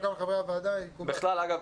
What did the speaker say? בכלל, אגב,